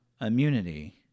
immunity